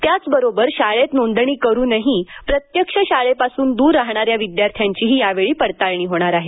त्याचबरोबर शाळेत नोंदणी करूनही प्रत्यक्ष शाळेपासून दूर राहणाऱ्या विद्यार्थ्यांचीही यावेळी पडताळणी होणार आहे